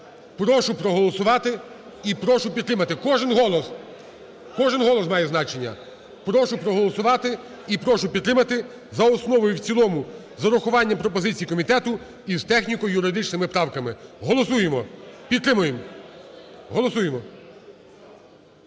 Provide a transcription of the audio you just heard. Прошу проголосувати і прошу підтримати. Кожен голос. Кожен голос має значення. Прошу проголосувати і прошу підтримати за основу і в цілому з урахуванням пропозицій комітету із техніко-юридичними правками. Голосуємо. Підтримуємо. Голосуємо.